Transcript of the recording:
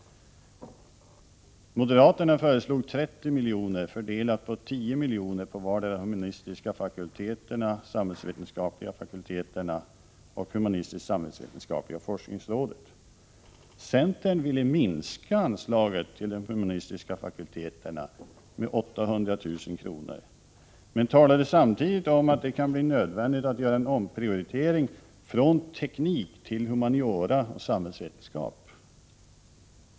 Moderaterna föreslog 30 miljoner, fördelat på 10 miljoner på vardera de humanistiska fakulteterna, de samhällsvetenskapliga fakulteterna och humanistisk-samhällsvetenskapliga forskningsrådet. Centern ville minska anslaget till de humanistiska fakulteterna med 800 000 kr., men man talade samtidigt om att det kunde bli nödvändigt att göra en omprioritering från teknik till humaniora och samhällsvetenskap.